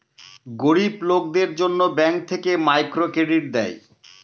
গরিব লোকদের জন্য ব্যাঙ্ক থেকে মাইক্রো ক্রেডিট দেয়